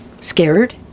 scared